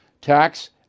Tax